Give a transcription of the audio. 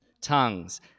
tongues